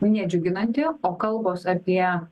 nedžiuginanti o kalbos apie